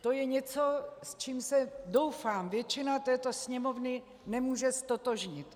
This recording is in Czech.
To je něco, s čím se, doufám, většina této Sněmovny nemůže ztotožnit.